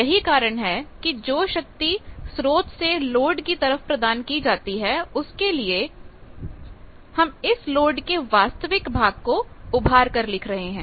यही कारण है कि जो शक्ति स्रोत से लोड की तरफ प्रदान की जाती है उसके लिए हम इस लोड के वास्तविक भाग को उभार कर लिख रहे हैं